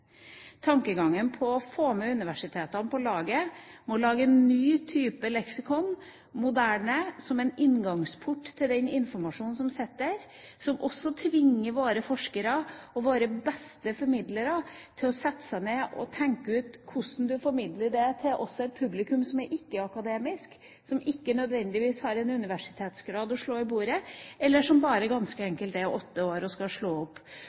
Tankegangen om å få med universitetene på laget for å lage en ny type leksikon, moderne, som en inngangsport til den informasjon som sitter der, som også tvinger våre forskere og våre beste formidlere til å sette seg ned og tenke ut hvordan man formidler det også til et publikum som er ikke-akademisk, som ikke nødvendigvis har en universitetsgrad å slå i bordet med, eller som bare ganske enkelt er åtte år og skal slå opp